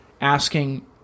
asking